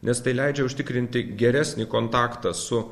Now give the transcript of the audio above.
nes tai leidžia užtikrinti geresnį kontaktą su